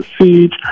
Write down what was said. siege